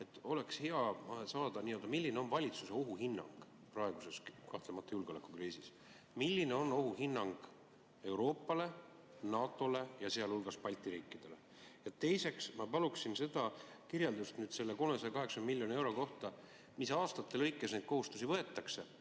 seda – teada saada, milline on valitsuse ohuhinnang praeguses kahtlemata julgeolekukriisis. Milline on ohuhinnang Euroopale, NATO‑le ja sealhulgas Balti riikidele? Teiseks, ma paluksin kirjeldust selle 380 miljoni euro kohta. Mis aastate lõikes neid kohustusi võetakse?